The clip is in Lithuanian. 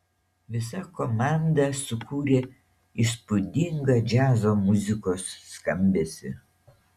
visa komanda sukūrė įspūdingą džiazo muzikos skambesį